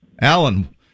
Alan